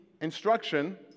instruction